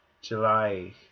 July